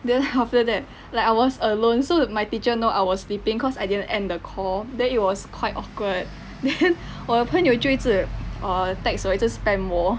then after that like I was alone so my teacher know I was sleeping cause I didn't end the call then it was quite awkward then 我的朋友就一直 err text 我一直 spam 我